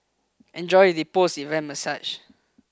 enjoy the post event massage